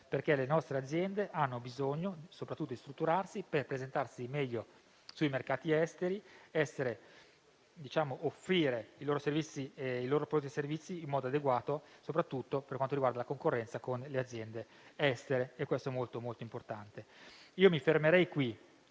perché le nostre aziende hanno bisogno soprattutto di strutturarsi, per presentarsi meglio sui mercati esteri e per offrire i loro prodotti e i loro servizi in modo adeguato, soprattutto per quanto riguarda la concorrenza con le aziende estere. Mi fermerei qui.